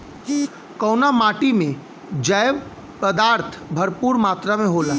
कउना माटी मे जैव पदार्थ भरपूर मात्रा में होला?